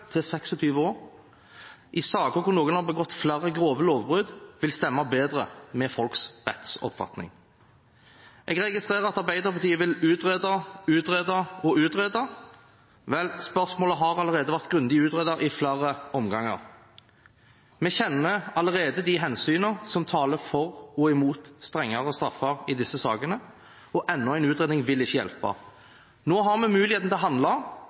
til 26 år – i saker hvor noen har begått flere grove lovbrudd, vil stemme bedre med folks rettsoppfatning. Jeg registrerer at Arbeiderpartiet vil utrede, utrede og utrede. Vel, spørsmålet har allerede vært grundig utredet i flere omganger. Vi kjenner allerede de hensynene som taler for og imot strengere straffer i disse sakene, og enda en utredning vil ikke hjelpe. Nå har vi muligheten til å handle,